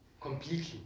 completely